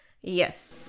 Yes